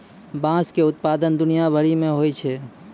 बाँस के उत्पादन दुनिया भरि मे होय छै